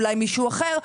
אולי מישהו אחר,